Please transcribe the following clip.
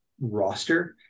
roster